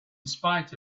spite